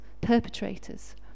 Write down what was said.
perpetrators